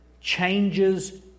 changes